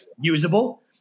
usable